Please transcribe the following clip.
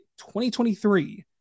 2023